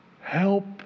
help